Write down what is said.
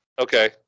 Okay